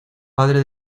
padre